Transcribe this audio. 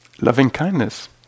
loving-kindness